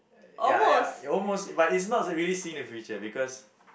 ya ya almost but it's not really see the future because